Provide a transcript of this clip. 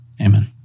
Amen